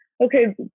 Okay